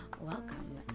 welcome